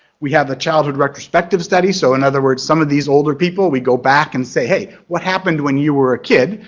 we have the childhood retrospective study, so in other words some of these older people we go back and say hey what happened when you were a kid.